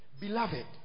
Beloved